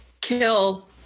Kill